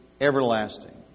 everlasting